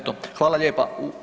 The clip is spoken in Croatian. Eto, hvala lijepa.